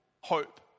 hope